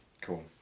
cool